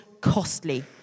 costly